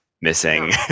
missing